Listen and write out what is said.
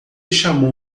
chamou